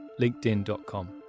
LinkedIn.com